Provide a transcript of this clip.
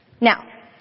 Now